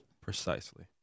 Precisely